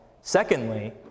Secondly